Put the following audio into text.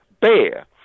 bear